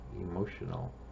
emotional